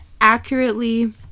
accurately